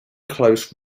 close